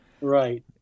Right